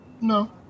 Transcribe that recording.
no